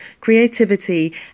creativity